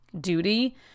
duty